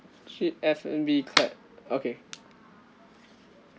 three F&B clap okay